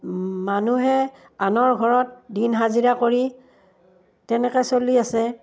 মানুহে আনৰ ঘৰত দিন হাজিৰা কৰি তেনেকৈ চলি আছে